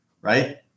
right